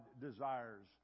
desires